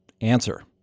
Answer